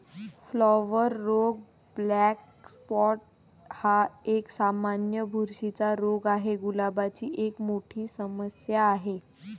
flower रोग black spot हा एक, सामान्य बुरशीचा रोग आहे, गुलाबाची एक मोठी समस्या आहे